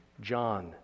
John